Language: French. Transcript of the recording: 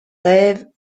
rêves